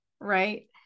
right